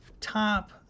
Top